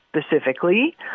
Specifically